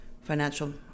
financial